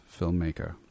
filmmaker